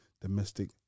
domestic